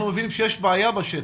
אנחנו מבינים שיש בעיה בשטח,